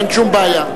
אין שום בעיה.